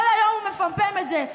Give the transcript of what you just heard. כל היום הוא מפמפם את זה.